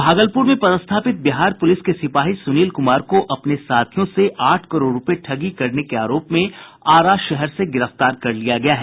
भागलपुर में पदस्थापित बिहार पुलिस के सिपाही सुनील कुमार को अपने साथियों से आठ करोड़ रूपये ठगी करने के आरोप में आरा शहर से गिरफ्तार कर लिया गया है